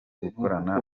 gukorana